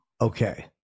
Okay